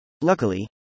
Luckily